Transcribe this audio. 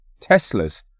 Teslas